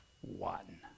one